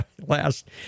last